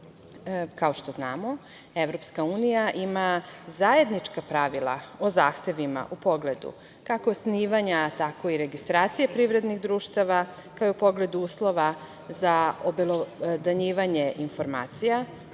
što znamo, Evropska unija ima zajednička pravila o zahtevima u pogledu kako osnivanja, tako i registracije privrednih društava, kao i u pogledu uslova za obelodanjivanje informacija